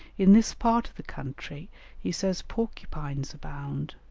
in this part of the country he says porcupines abound,